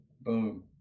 Boom